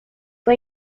fue